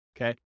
okay